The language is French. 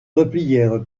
replièrent